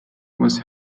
was